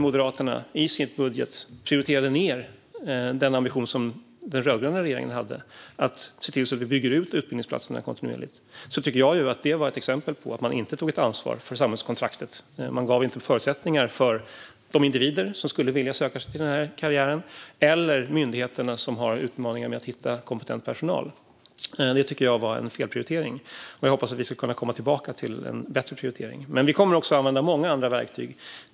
Moderaterna prioriterade i sin budget ned den ambition som den rödgröna regeringen hade: att se till att vi kontinuerligt skulle bygga ut antalet utbildningsplatser. Jag tycker att det var ett exempel på att man inte tog ett ansvar för samhällskontraktet. Man gav inte förutsättningar för de individer som skulle vilja söka sig till den här karriären eller för de myndigheter som har utmaningen att hitta kompetent personal. Det tycker jag var en felprioritering. Jag hoppas att vi ska kunna komma tillbaka till en bättre prioritering. Men vi kommer också att använda många andra verktyg.